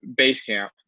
Basecamp